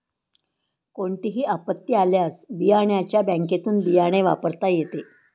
कोणतीही आपत्ती आल्यास बियाण्याच्या बँकेतुन बियाणे वापरता येते